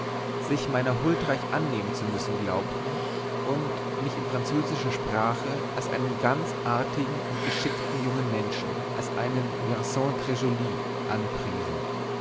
sich meiner huldreich annehmen zu müssen glaubten und mich in französischer sprache als einen ganz artigen und geschickten jungen menschen als einen